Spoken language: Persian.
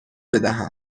بدهم